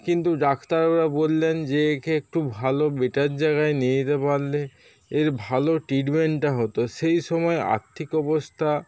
কিন্তু ডাক্তারবাবুরা বললেন যে একে একটু ভালো বেটার জায়গায় নিয়ে যেতে পারলে এর ভালো ট্রিটমেন্টটা হতো সেই সময় আর্থিক অবস্থা